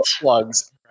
plugs